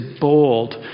bold